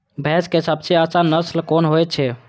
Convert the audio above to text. भैंस के सबसे अच्छा नस्ल कोन होय छे?